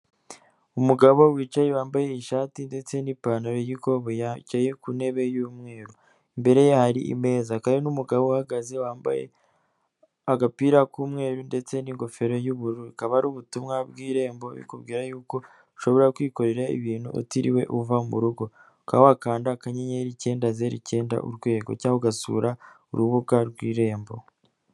Umugabo wicaye wambaye ishati ndetse n'ipantaro y'ikoboyi; yicaye ku ntebe y'umweru, imbere hari imeza, hakaba hari n'umugabo uhagaze wambaye agapira k'umweru ndetse n'ingofero y'ubururu, akaba ari ubutumwa bw'Irembo bikubwira yuko ushobora kwikorera ibintu utiriwe uva mu rugo, ukaba wakanda akayenyeri icyenda zeru icyenda urwego cyangwa ugasura urubuga rw'Irembo.